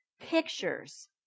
pictures